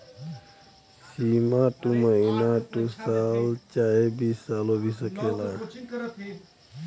सीमा दू महीना दू साल चाहे बीस सालो भी सकेला